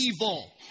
evil